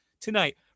tonight